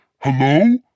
Hello